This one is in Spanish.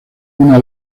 una